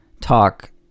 talk